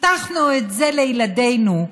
הבטחנו את זה לילדינו,